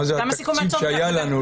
מה זה "התקציב שהיה לנו"?